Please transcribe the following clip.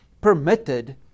permitted